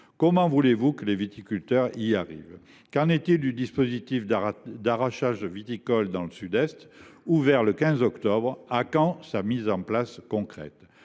Comment voulez vous que les viticulteurs s’y retrouvent ? Qu’en est il du dispositif d’arrachage viticole dans le Sud Est, ouvert le 15 octobre dernier ? Quand aura lieu sa mise en place concrète ?